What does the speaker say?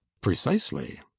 Precisely